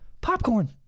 Popcorn